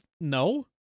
No